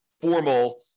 formal